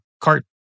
cart